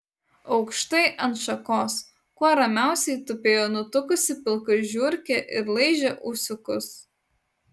aukštai ant šakos kuo ramiausiai tupėjo nutukusi pilka žiurkė ir laižė ūsiukus